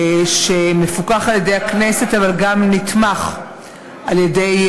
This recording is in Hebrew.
שמפוקח על-ידי הכנסת אבל גם נתמך על-ידי,